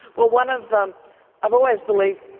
well one of um i've always believed,